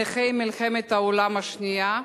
לנכי מלחמת העולם השנייה.